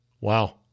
Wow